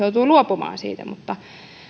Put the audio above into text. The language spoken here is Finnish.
joutuu jopa luopumaan siitä